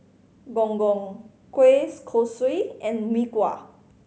Gong Gong kueh kosui and Mee Kuah